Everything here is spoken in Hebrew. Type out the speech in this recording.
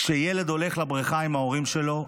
כשילד הולך לבריכה עם ההורים שלו,